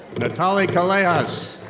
nathaly callejas.